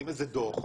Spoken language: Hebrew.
מוציאים איזה דוח.